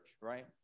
right